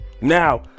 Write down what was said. Now